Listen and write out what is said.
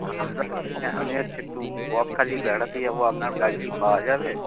আমি হচ্ছে যে আমি হচ্ছে একটু বকখালি বেড়াতে যাব আপনার গাড়ি কি পাওয়া যাবে